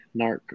narc